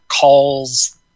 calls